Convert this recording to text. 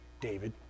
David